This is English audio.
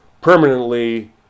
permanently